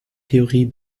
theorie